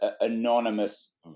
anonymous